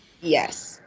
Yes